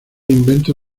invento